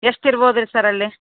ಎಷ್ಟು ಇರ್ಬೋದು ರೀ ಸರ್ ಅಲ್ಲಿ